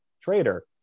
trader